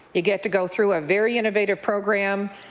you get to go through a very innovative program.